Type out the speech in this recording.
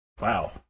Wow